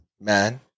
man